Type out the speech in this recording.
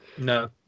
No